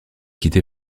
quitter